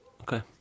Okay